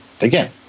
again